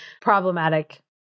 problematic